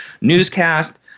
newscast